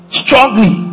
strongly